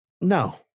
No